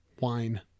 wine